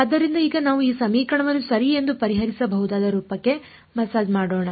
ಆದ್ದರಿಂದ ಈಗ ನಾವು ಈ ಸಮೀಕರಣವನ್ನು ಸರಿ ಎಂದು ಪರಿಹರಿಸಬಹುದಾದ ರೂಪಕ್ಕೆ ಮಸಾಜ್ ಮಾಡೋಣ